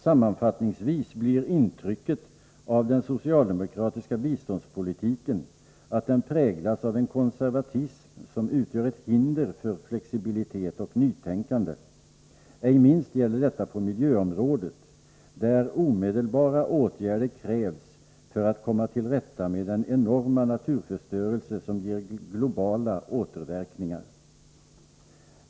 Sammanfattningsvis blir intrycket av den socialdemokratiska biståndspolitiken att den präglas av en konservatism som utgör ett hinder för flexibilitet och nytänkande. Ej minst gäller detta på miljöområdet, där omedelbara åtgärder krävs för att komma till rätta med den enorma naturförstörelse som pågår och som ger globala återverkningar.